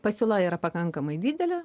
pasiūla yra pakankamai didelė